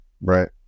Right